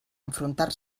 enfrontar